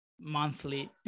monthly